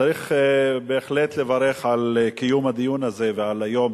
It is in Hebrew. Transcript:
צריך בהחלט לברך על קיום הדיון הזה ועל היום,